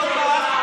חברת הכנסת גוטליב.